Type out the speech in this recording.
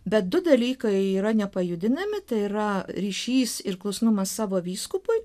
bet du dalykai yra nepajudinami tai yra ryšys ir klusnumas savo vyskupui